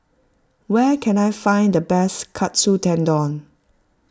where can I find the best Katsu Tendon